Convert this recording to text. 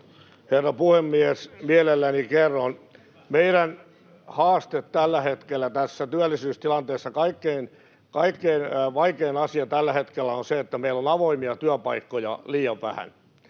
herra puhemies! Mielelläni kerron. Meidän haaste tällä hetkellä tässä työllisyystilanteessa, kaikkein vaikein asia tällä hetkellä, on se, että meillä on avoimia työpaikkoja liian vähän.